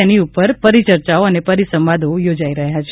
તેની ઉપર પરિચર્ચાઓ પરિસંવાદો યોજાઇ રહ્યા છે